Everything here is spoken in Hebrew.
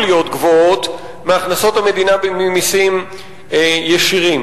להיות גבוהות מהכנסות המדינה במסים ישירים.